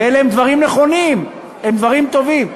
ואלה הם דברים נכונים, הם דברים טובים.